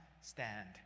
stand